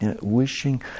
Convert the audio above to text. wishing